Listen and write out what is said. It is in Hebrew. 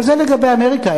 אבל זה לגבי אמריקה.